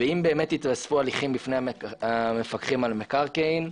אם באמת יתוספו הליכים בפני המפקחים על מקרקעין,